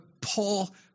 Paul